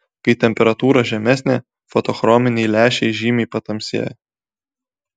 kai temperatūra žemesnė fotochrominiai lęšiai žymiai patamsėja